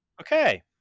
Okay